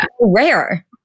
rare